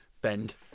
bend